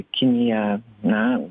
kinija na